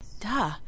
Duh